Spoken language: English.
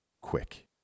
quick